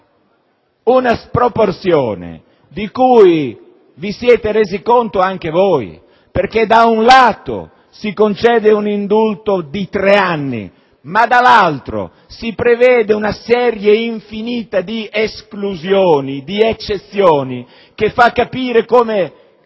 Una sproporzione di cui vi siete resi conto anche voi perché, da un lato, si concede un indulto di tre anni, ma, dall'altro, si prevede una serie infinita di esclusioni e di eccezioni che fa capire come